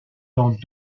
dans